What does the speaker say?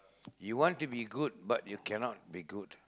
you want to be good but you cannot be good